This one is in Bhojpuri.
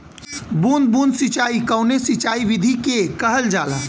बूंद बूंद सिंचाई कवने सिंचाई विधि के कहल जाला?